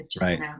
Right